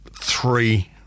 three